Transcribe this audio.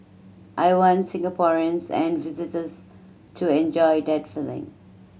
I want Singaporeans and visitors to enjoy that feeling